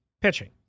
Pitching